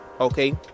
okay